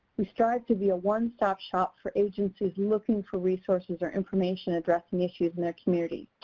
we strive to be a one-stop shop for agencies looking for resources or information addressing issues in their community.